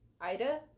Ida